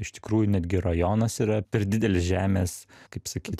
iš tikrųjų netgi rajonas yra per didelis žemės kaip sakyt